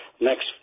next